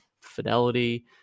Fidelity